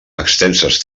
extenses